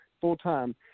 full-time